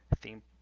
theme